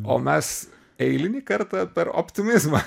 o mes eilinį kartą per optimizmą